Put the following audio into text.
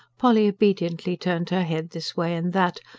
polly obediently turned her head this way and that,